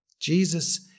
Jesus